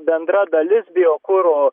bendra dalis biokuro